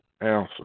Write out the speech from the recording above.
answer